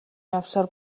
явсаар